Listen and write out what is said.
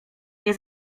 nie